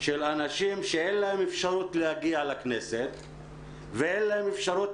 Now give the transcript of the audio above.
של אנשים שאין להם אפשרות להגיע לכנסת ואין להם אפשרות